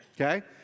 Okay